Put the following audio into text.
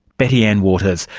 betty anne waters,